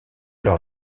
leur